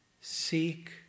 seek